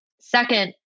second